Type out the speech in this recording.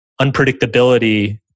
unpredictability